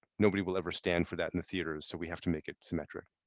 nobody will ever stand for that in the theater so we have to make it smeft rick.